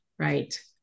right